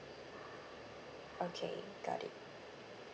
okay got it